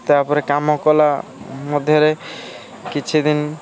ତା'ପରେ କାମ କଲା ମଧ୍ୟରେ କିଛି ଦିନ